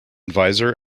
visor